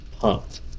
pumped